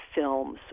films